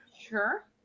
Sure